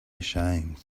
ashamed